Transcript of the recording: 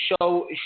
show